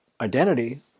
identity